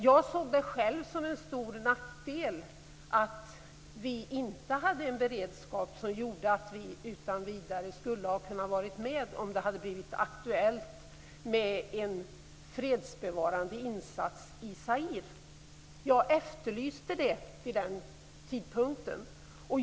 Jag såg det själv som en stor nackdel att vi inte hade en beredskap som gjorde att vi utan vidare skulle ha kunnat vara med om det hade blivit aktuellt med en fredsbevarande insats i Zaire. Jag efterlyste det vid den tidpunkten.